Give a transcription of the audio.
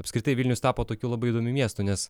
apskritai vilnius tapo tokiu labai įdomiu miestu nes